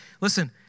listen